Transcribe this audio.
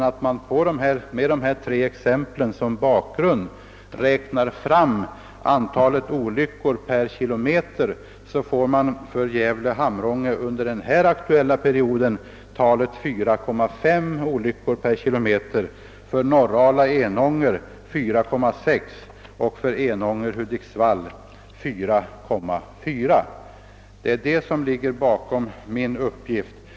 Om man då med dessa tre exempel räknar fram antalet olyckor per kilometer, så får vi för sträckan Gävle—Hamrånge under den aktuella perioden 4,5 olyckor per kilo meter, för Norrala—Enånger 4,6 och för sträckan Enånger—Hudiksvall 4,4. Det är detta som ligger bakom min föregående reflexion.